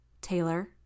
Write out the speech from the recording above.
Taylor